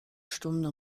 stunde